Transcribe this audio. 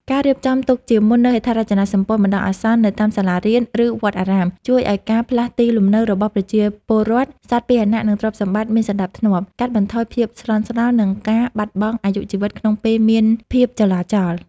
ការរៀបចំទុកជាមុននូវហេដ្ឋារចនាសម្ព័ន្ធបណ្ដោះអាសន្ននៅតាមសាលារៀន ឬវត្តអារាម ជួយឱ្យការផ្លាស់ទីលំនៅរបស់ប្រជាពលរដ្ឋ សត្វពាហនៈ និងទ្រព្យសម្បត្តិមានសណ្ដាប់ធ្នាប់ កាត់បន្ថយភាពស្លន់ស្លោ និងការបាត់បង់អាយុជីវិតក្នុងពេលមានភាពចលាចល។